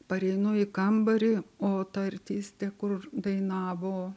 pareinu į kambarį o ta artistė kur dainavo